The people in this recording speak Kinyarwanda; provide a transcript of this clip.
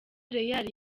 real